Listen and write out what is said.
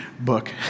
book